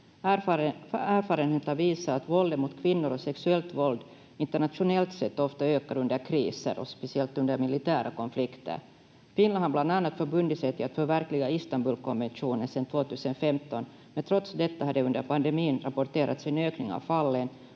Erfarenheten har visat att våldet mot kvinnor och sexuellt våld internationellt sett ofta ökar under kriser och speciellt under militära konflikter. Finland har bland annat förbundit sig till att förverkliga Istanbulkonventionen sedan 2015, men trots detta har det under pandemin rapporterats en ökning av fallen